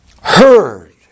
heard